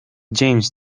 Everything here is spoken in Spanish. james